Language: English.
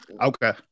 okay